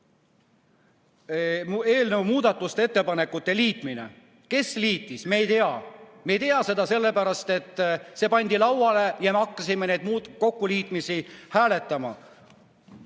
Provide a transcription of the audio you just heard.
eelnõu muudatusettepanekute liitmine. Kes liitis, me ei tea. Me ei tea seda sellepärast, et see pandi lauale ja me hakkasime neid kokkuliitmisi hääletama.